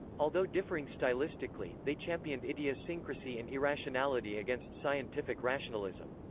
although differing stylistically, they championed idiosyncrasy and irrationality against scientific rationalism.